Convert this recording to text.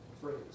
phrase